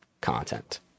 content